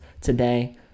today